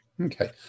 Okay